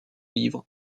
livres